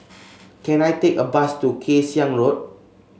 can I take a bus to Kay Siang Road